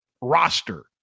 roster